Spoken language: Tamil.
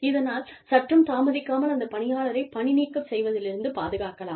இதனால் சற்றும் தாமதிக்காமல் அந்த பணியாளரைப் பணிநீக்கம் செய்வதிலிருந்து பாதுகாக்கலாம்